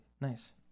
Nice